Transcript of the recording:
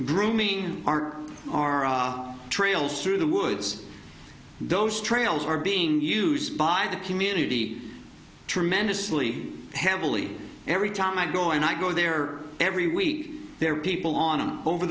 grooming are our trails through the woods those trails are being used by the community tremendously heavily every time i go and i go there every week there are people on